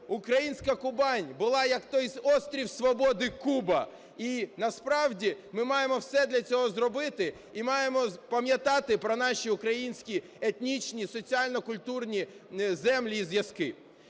українська Кубань була, як той Острів Свободи Куба, і, насправді, ми маємо все для цього зробити, і маємо пам'ятати про наші українські етнічні соціально-культурні землі і зв'язки.